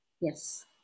Yes